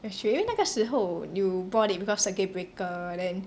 actually 那时候 you bought it because circuit breaker then